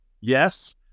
Yes